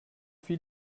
viel